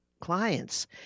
clients